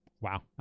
Wow